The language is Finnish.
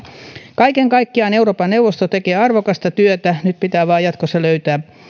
kaiken kaikkiaan euroopan neuvosto tekee arvokasta työtä nyt pitää vain jatkossa löytää